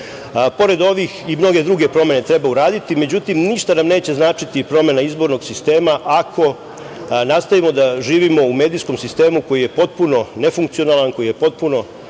nivou. Pored ovih i mnoge druge promene treba uraditi, međutim ništa nam neće značiti promena izbornog sistema ako nastavimo da živimo u medijskom sistemu koji je potpuno nefunkcionalan, koji je potpuno neprijatan